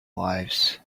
lives